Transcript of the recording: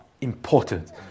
important